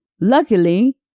Luckily